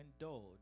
indulge